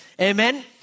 Amen